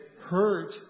hurt